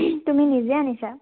তুমি নিজে আনিছা